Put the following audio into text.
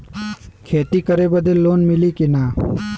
खेती करे बदे लोन मिली कि ना?